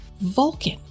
Vulcan